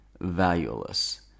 valueless